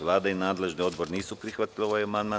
Vlada i nadležni odbor nisu prihvatili ovaj amandman.